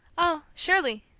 oh, surely.